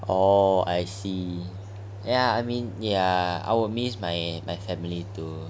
oh I see ya I mean ya I will miss my my family too